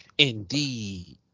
Indeed